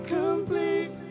complete